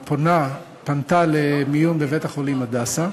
פנתה הפונה למיון בבית-החולים "הדסה".